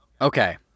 Okay